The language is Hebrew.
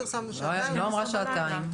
היא לא אמרה שעתיים,